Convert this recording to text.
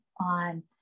on